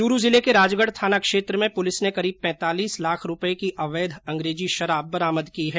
चुरू जिले के राजगढ़ थाना क्षेत्र में पुलिस ने करीब पैतालीस लाख रुपये की अवैध अंग्रेजी शराब बरामद की हैं